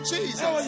Jesus